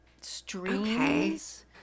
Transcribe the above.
streams